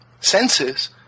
senses